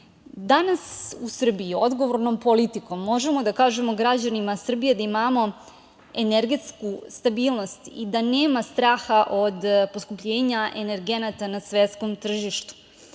u Srbiji odgovornom politikom možemo da kažemo građanima Srbije da imamo energetsku stabilnost i da nema straha od poskupljenja energenata na svetskom tržištu. Što